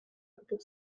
pour